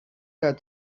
that